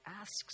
asks